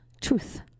truth